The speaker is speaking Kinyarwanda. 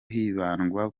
hibandwa